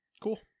cool